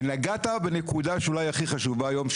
ונגעת בנקודה שאולי היא הכי חשובה היום,